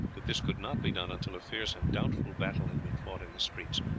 that this could not be done until a fierce and doubtful battle had been fought in the streets.